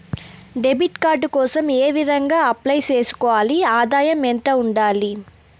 Debit card కోసం ఏ విధంగా అప్లై సేసుకోవాలి? ఆదాయం ఎంత ఉండాలి?